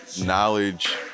knowledge